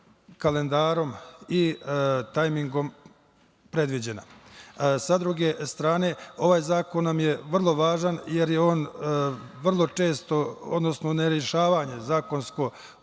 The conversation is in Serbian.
kalendarom i tajmingom predviđena. Sa druge strane, ovaj zakon nam je vrlo važan jer je vrlo često zakonsko ne rešavanje ovog pitanja